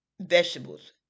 vegetables